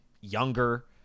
younger